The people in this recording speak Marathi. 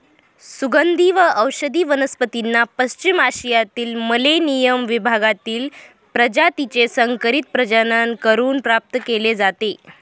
सुगंधी व औषधी वनस्पतींना पश्चिम आशियातील मेलेनियम विभागातील प्रजातीचे संकरित प्रजनन करून प्राप्त केले जाते